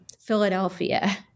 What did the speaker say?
Philadelphia